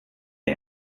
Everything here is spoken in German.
der